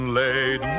laid